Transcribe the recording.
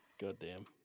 Goddamn